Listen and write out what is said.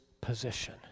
position